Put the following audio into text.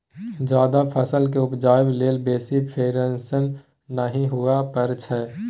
जायद फसल केँ उपजाबै लेल बेसी फिरेशान नहि हुअए परै छै